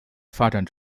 发展